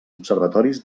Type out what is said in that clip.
observatoris